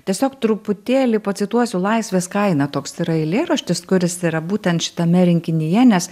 tiesiog truputėlį pacituosiu laisvės kainą toks yra eilėraštis kuris yra būtent šitame rinkinyje nes